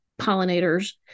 pollinators